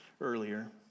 earlier